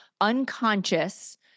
unconscious